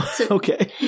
Okay